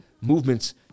movements